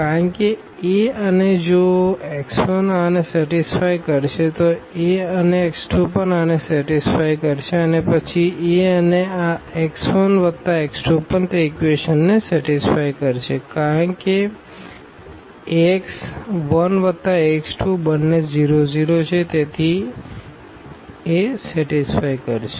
કારણ કે A અને જો x 1 આને સેટીસફાઈકરશે અને A અને x 2 પણ આને સેટીસફાઈકરશે અને પછી A અને આ x 1 વત્તા x 2 પણ તે ઇક્વેશનને સેટીસફાઈકારણ કે Ax 1 વત્તા Ax 2 બંને 0 0 છે તેથી પણ સેટીસફાઈ કરશે